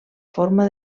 forma